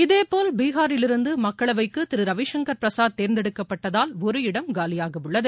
இதேபோல் பீகாரிலிருந்து மக்களவைக்கு திரு ரவிஷங்கர் பிரசாத் தேர்ந்தெடுக்கப்பட்டதால் ஒரு இடம் காலியாக உள்ளது